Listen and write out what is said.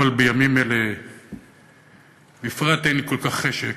אבל בימים אלה בפרט אין לי כל כך חשק,